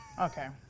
Okay